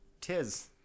Tis